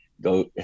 go